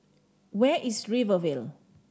where is Rivervale